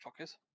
Fuckers